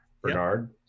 Bernard